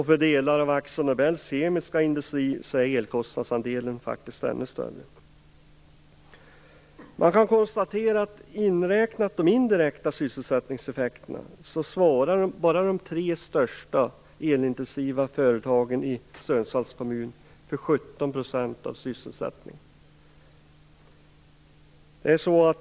För delar av Akzo Nobels kemiska industri är elkostnadsandelen faktiskt ännu större. De indirekta sysselsättningseffekterna inräknade svarar bara de tre största elintensiva företagen i Sundsvalls kommun för 17 % av sysselsättningen.